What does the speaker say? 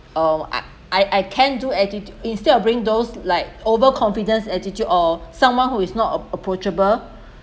uh I I can do attitude instead of bring those like over confidence attitude or someone who is not ap~ approachable